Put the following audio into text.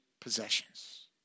possessions